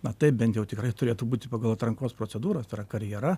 na taip bent jau tikrai turėtų būti pagal atrankos procedūras tai yra karjera